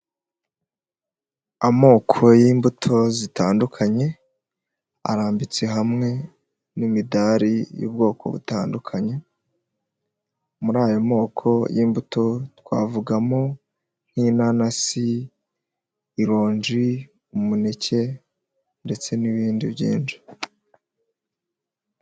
Amoko y'imbuto zitandukanye arambitse hamwe n'imidari y'ubwoko butandukanye, muri ayo moko y'imbuto twavugamo nk'inanasi, ironji, umuneke ndetse n'ibindi byinshi.